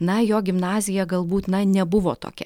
na jo gimnazija galbūt na nebuvo tokia